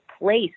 place